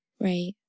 Right